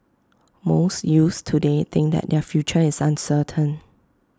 most youths today think that their future is uncertain